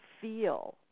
feel